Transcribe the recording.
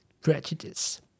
Prejudice